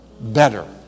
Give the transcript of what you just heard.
better